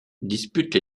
dispute